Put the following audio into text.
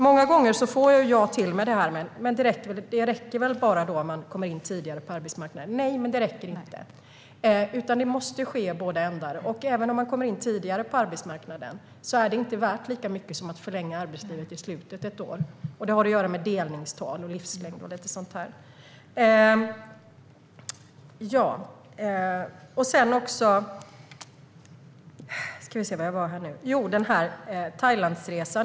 Många gånger får jag frågan: Räcker det inte om man bara kommer in tidigare på arbetsmarknaden? Nej, det räcker inte. Det måste ske förändringar i båda ändar. Även om man kommer in tidigare på arbetsmarknaden är det inte värt lika mycket som att förlänga arbetslivet med ett år i slutet. Det har att göra med delningstal, livslängd och sådant. Sedan vill jag ta upp detta med att ta sabbatsår och resa till Thailand.